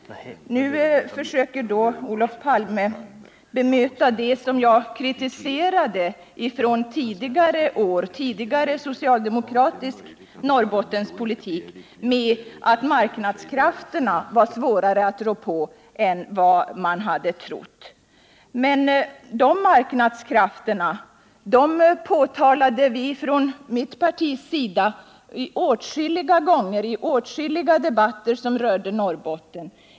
Nu försöker Olof Palme bemöta det som jag kritiserade från tidigare år, den tidigare socialdemokratiska Norrbottenspolitiken, med att säga att marknadskrafterna var svårare att rå på än man hade trott. Men de marknadskrafterna har vi från mitt parti påtalat flera gånger i åtskilliga debatter om Norrbotten.